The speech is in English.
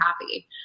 happy